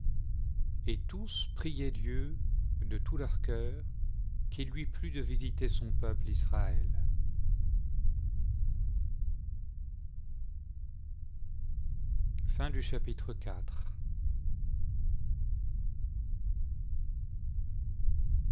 et tous priaient dieu de tout leur cœur qu'il lui plût de visiter son peuple israël chapitre